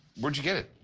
where'd you get it?